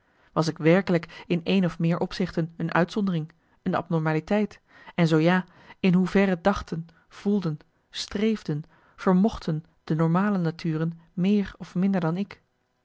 was ik werkelijk in één of meer opzichten een uitzondering een abnormaliteit en zoo ja in hoeverre dachten voelden streefden vermochten de normale naturen meer of minder dan ik